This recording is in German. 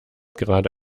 gerade